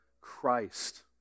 Christ